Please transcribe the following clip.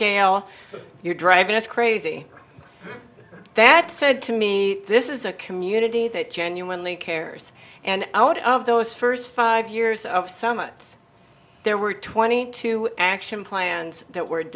gayle you're driving us crazy that said to me this is a community that genuinely cares and out of those first five years of summit's there were twenty two action plans that w